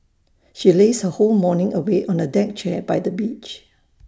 she lazed her whole morning away on A deck chair by the beach